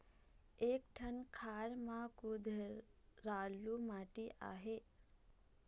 एक ठन खार म कुधरालू माटी आहे?